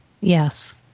Yes